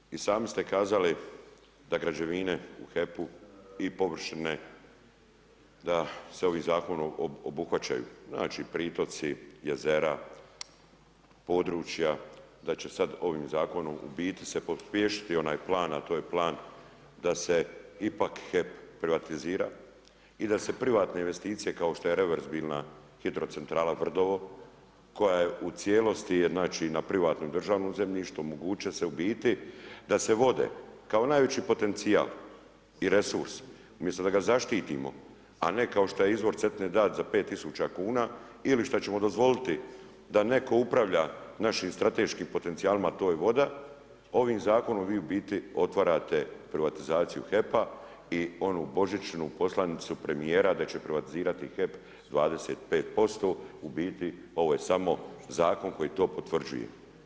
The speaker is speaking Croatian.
Državni tajniče, i sami ste kazali da građevine u HEP-u i površine da se ovim zakonom obuhvaćaju, znači pritoci, jezera, područja, da će sada ovim zakonom u biti se pospješiti onaj plan a to je plan da se ipak HEP privatizira i da se privatne investicije kao što je reverzibilna hidrocentrala Vrdovo koja je u cijelosti na privatnom državnom zemljištu, omogućit će se u biti da se vode kao najveći potencijal i resurs umjesto da ga zaštitimo a ne kao šta je izvor Cetine dat za 5 000 kuna ili šta ćemo dozvoliti da netko upravlja našim strateškim potencijalima, to je voda, ovim zakonom vi u biti otvarate privatizaciju HEP-a i onu božićnu poslanicu premijera da će privatizirati HEP 25%, u biti ovo je samo zakon koji to potvrđuje.